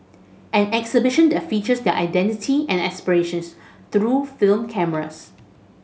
an exhibition that features their identity and aspirations through film cameras